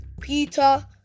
peter